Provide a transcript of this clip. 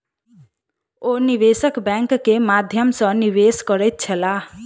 ओ निवेशक बैंक के माध्यम सॅ निवेश करैत छलाह